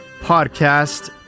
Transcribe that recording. podcast